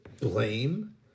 blame